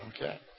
Okay